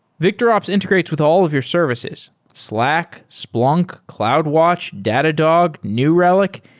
victorops integrates with all of your services slack, splunk, cloudwatch, datadog, new relic,